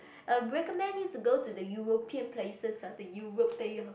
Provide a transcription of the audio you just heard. uh we recommend you to go to the European places the Europe there